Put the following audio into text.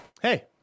Hey